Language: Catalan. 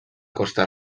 costa